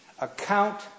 account